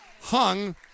hung